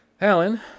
Alan